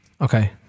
Okay